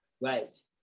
right